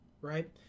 right